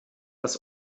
dass